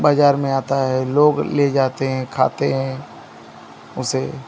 बाज़ार में आती है लोग ले जाते हैं खाते हैं उसे